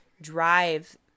drive